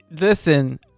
Listen